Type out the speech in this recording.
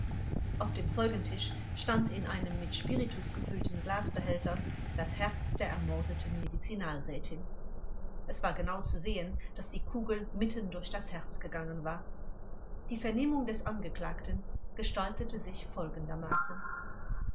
auf dem zeugentisch stand in einem mit spiritus gefüllten glasbehälter das herz der ermordeten medizinalrätin es war genau zu sehen daß die kugel mitten durch das herz gegangen war die vernehmung des angeklagten gestaltete sich folgendermaßen